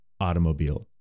automobile